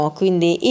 quindi